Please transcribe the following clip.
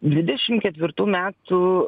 dvidešim ketvirtų metų